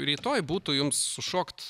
rytoj būtų jums sušokt